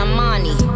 Imani